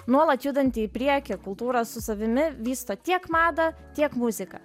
nuolat judanti į priekį kultūra su savimi vysto tiek madą tiek muziką